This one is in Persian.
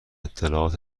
اطلاعات